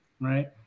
right